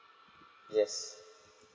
yes